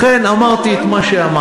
לכן אמרתי את מה שאמרתי.